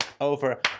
over